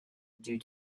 due